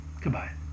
Goodbye